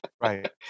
Right